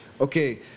Okay